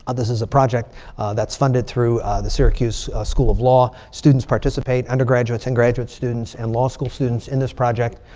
ah this is a project that's funded through the syracuse school of law. students participate. undergraduates and graduate students and law school students in this project.